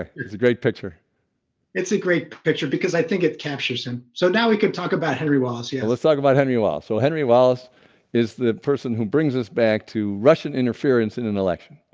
it's a great picture it's a great picture because i think it captures him. so now we can talk about henry wallace yeah, let's talk about henry while so henry wallace is the person who brings us back to russian interference in an election